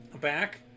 back